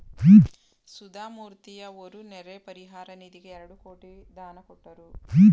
ಸುಧಾಮೂರ್ತಿಯವರು ನೆರೆ ಪರಿಹಾರ ನಿಧಿಗೆ ಎರಡು ಕೋಟಿ ದಾನ ಕೊಟ್ಟರು